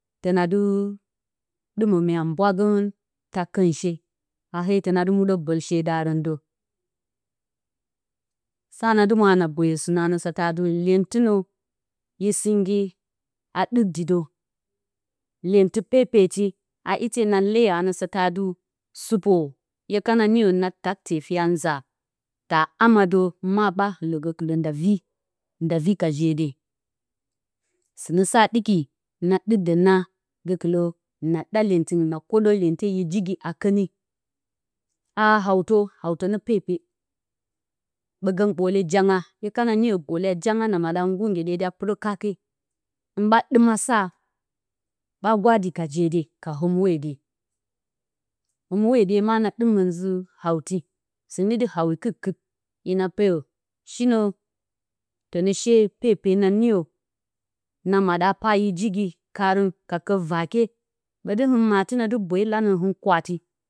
Tǝna dɨ ɗɨmǝ mya mbwa gǝrǝn taa kǝnshe a hee tǝna dɨ muɗǝ bǝlshe darǝn dǝ. Sa na dɨ mwo atɨ na boyo sɨnǝ a nǝ satǝ atɨ, lyentɨnǝ yǝ sɨngi a ɗɨk di dǝ, lyentɨ pepeti a ite na leyo a nǝ satǝ atɨ, supo, hye kana niyo na tak tefi a nza, taa ama dǝ ma ɓa ɨllǝ gǝkɨlǝ nda vi nda vi ka je de. Sɨnǝ sa ɗɨki na ɗɨk dǝ na gǝkɨlǝ na ɗa lyentɨngɨn, na kwoɗǝ lyente yǝ jigi a kǝni. A hawtǝ, hawtǝ nǝ pepe, ɓǝgǝn, ɓoole janga. ye kana niyo ɓoole a janga na maɗǝ a nggur nggyeɗye de a pɨrǝ kaake, hɨn ɓa ɗɨma sa ɓa gwa di ka je de, ka hǝmɨ hwode. Hǝmɨ hwode na ɗɨmrǝn, nzǝ-hawti, sɨne dɨ hawi kɨr-kɨr. hina peyo. Shinǝ, tǝnǝ pepe a niyo, na maɗǝ a pa yǝ jigi karǝn ka kǝr vaakye. Ɓǝtɨ hɨn matɨnǝ dɨ bwee lanǝ hɨn kwaati.